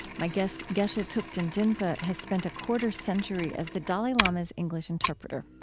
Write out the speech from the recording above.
my guest, geshe thupten jinpa, has spent a quarter century as the dalai lama's english interpreter.